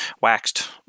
waxed